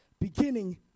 beginning